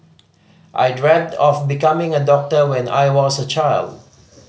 I dreamt of becoming a doctor when I was a child